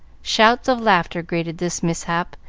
shouts of laughter greeted this mishap,